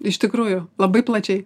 iš tikrųjų labai plačiai